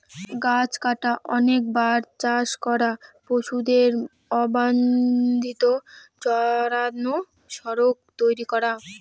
গাছ কাটা, অনেকবার চাষ করা, পশুদের অবাঞ্চিত চড়ানো, সড়ক তৈরী করা